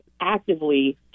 actively